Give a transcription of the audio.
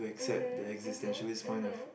mmhmm mmhmm mmhmm